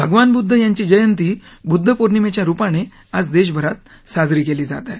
भगवान बुद्ध यांची जयंती बुद्ध पोर्णिमेच्या रुपाने आज देशभरात साजरी केली जात आहे